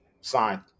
signed